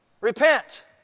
Repent